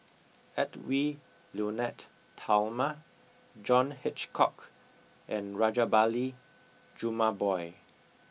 Edwy Lyonet Talma John Hitchcock and Rajabali Jumabhoy